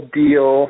deal